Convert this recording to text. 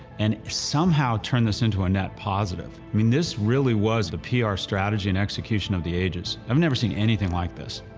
and somehow turned this into a net positive. i mean, this really was the pr strategy and execution of the ages. i've never seen anything like this.